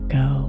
go